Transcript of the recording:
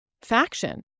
faction